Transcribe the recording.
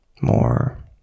more